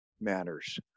matters